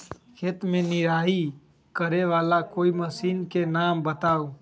खेत मे निराई करे वाला कोई मशीन के नाम बताऊ?